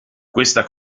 questa